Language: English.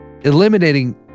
eliminating